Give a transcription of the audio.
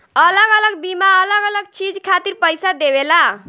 अलग अलग बीमा अलग अलग चीज खातिर पईसा देवेला